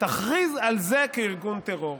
תכריז על זה כארגון טרור